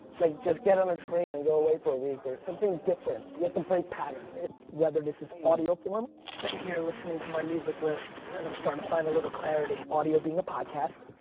like just get on a train and go away for a week or something different. you have to break pattern. whether this is audio form. sitting here listening to my music list and i'm starting to find a little clarity. audio being a podcast.